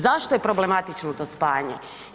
Zašto je problematično to spajanje?